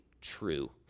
true